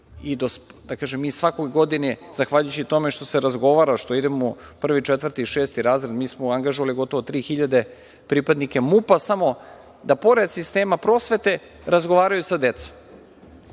i svake godine zahvaljujući tome što se razgovara što idemo u prvi, četvrti i šesti razred, mi smo angažovali gotovo 3.000 pripadnika MUP samo da pored sistema prosvete, razgovaraju sa decom.